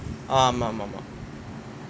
ஆமா:aamaa